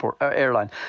airline